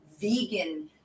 vegan